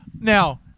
Now